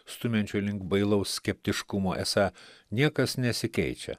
stumiančių link bailaus skeptiškumo esą niekas nesikeičia